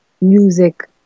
music